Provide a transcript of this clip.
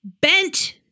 bent